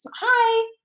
hi